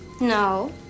No